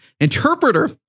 Interpreter